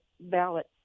ballot